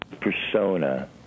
Persona